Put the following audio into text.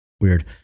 Weird